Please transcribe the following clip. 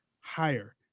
higher